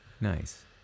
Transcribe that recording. Nice